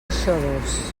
xodos